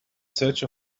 search